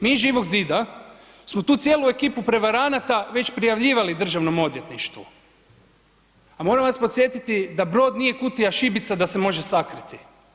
Mi iz Živog zida smo tu cijelu ekipu prevaranata već prijavljivali Državnom odvjetništvu, a moram vas podsjetiti da brod nije kutija šibica da se može sakriti.